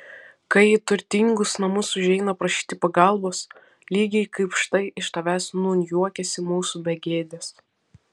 kai į turtingus namus užeina prašyti pagalbos lygiai kaip štai iš tavęs nūn juokiasi mūsų begėdės